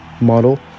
model